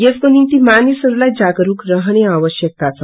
यको निम्ति मानिसहरूलाई जागरूकता रहने आवश्यकता छ